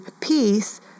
peace